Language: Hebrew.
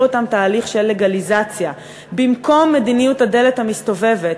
אותם תהליך של לגליזציה במקום מדיניות הדלת המסתובבת,